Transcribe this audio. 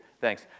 Thanks